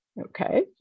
Okay